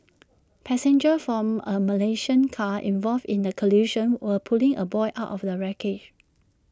passengers from A Malaysian car involved in the collision were pulling A boy out of the wreckage